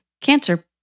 cancer